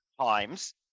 times